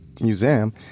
museum